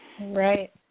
Right